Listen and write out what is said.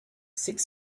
six